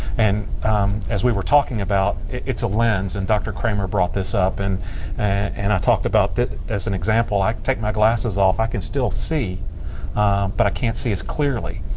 and as we were talking about, it's a lens and dr. cramer brought this up and and talked about this as an example. i take my glasses off, i can still see but i can't see as clearly.